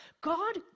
God